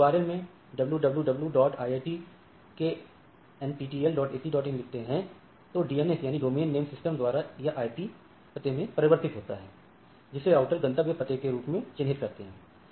जब हम url में www iitknptel ac in लिखते हैं तो DNS द्वारा यह आईपी पते में परिवर्तित होता है जिसे राउटर गंतव्य पत्ते के रूप में चिन्हित करतें है